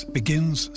begins